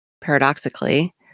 paradoxically